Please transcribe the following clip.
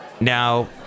now